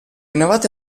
navate